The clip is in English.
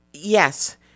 Yes